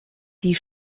die